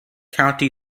county